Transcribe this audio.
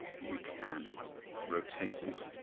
you can rotate it,